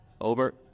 Over